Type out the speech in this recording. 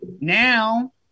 Now